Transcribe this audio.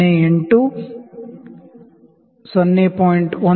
08 0